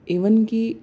even ਕਿ